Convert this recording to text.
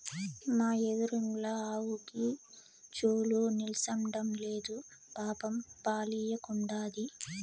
మా ఎదురిండ్ల ఆవుకి చూలు నిల్సడంలేదు పాపం పాలియ్యకుండాది